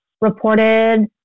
reported